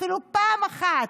אפילו פעם אחת.